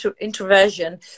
introversion